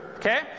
Okay